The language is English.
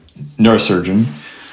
neurosurgeon